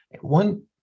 one